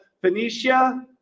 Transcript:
Phoenicia